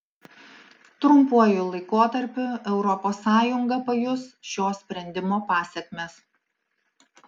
trumpuoju laikotarpiu europos sąjunga pajus šio sprendimo pasekmes